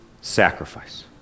sacrifice